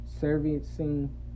servicing